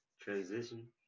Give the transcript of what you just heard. Transition